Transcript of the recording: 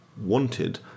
wanted